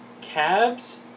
Calves